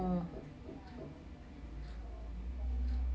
oh